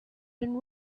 been